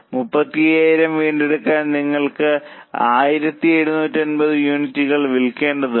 35000 വീണ്ടെടുക്കാൻ നിങ്ങൾ 1750 യൂണിറ്റുകൾ വിൽക്കേണ്ടതുണ്ട്